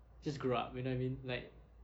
just grow up you know what I mean like